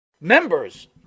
Members